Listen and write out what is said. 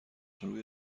روی